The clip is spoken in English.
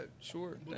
sure